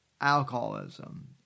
alcoholism